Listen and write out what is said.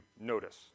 notice